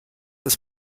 ist